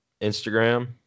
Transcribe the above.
Instagram